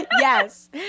yes